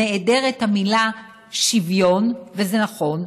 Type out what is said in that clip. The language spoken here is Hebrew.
נעדרת המילה "שוויון" וזה נכון,